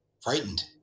frightened